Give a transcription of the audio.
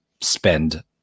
spend